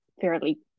fairly